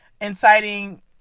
inciting